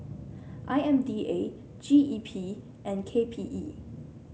I M D A G E P and K P E